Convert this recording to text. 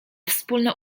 wspólne